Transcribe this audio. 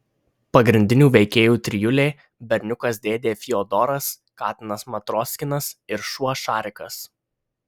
pagrindinių veikėjų trijulė berniukas dėdė fiodoras katinas matroskinas ir šuo šarikas